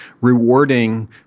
rewarding